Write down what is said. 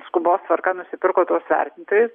skubos tvarka nusipirko tuos vertintojus